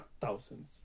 thousands